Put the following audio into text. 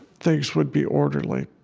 things would be orderly.